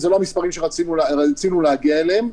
אלו לא המספרים שרצינו להגיע אליהם.